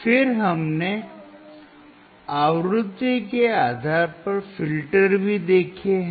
फिर हमने आवृत्ति के आधार पर फ़िल्टर भी देखे हैं